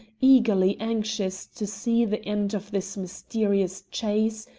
eagerly anxious to see the end of this mysterious chase,